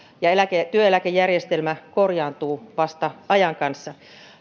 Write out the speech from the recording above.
ja työeläkejärjestelmä korjaantuu vasta ajan kanssa